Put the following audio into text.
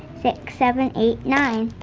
six, seven, eight, nine.